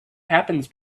happens